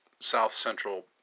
south-central